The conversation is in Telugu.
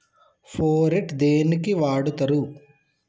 ఫోరెట్ దేనికి వాడుతరు?